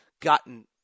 gotten